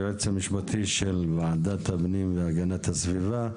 היועץ המשפטי של ועדת הפנים והגנת הסביבה.